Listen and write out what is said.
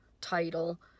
title